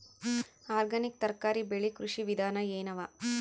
Organic ತರಕಾರಿ ಬೆಳಿ ಕೃಷಿ ವಿಧಾನ ಎನವ?